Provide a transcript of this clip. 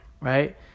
right